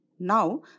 Now